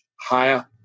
higher